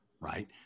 right